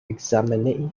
ekzameni